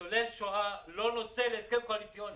ניצולי שואה לא נושא להסכם קואליציוני.